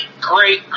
great